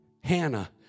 Hannah